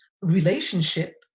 relationship